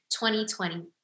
2020